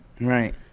right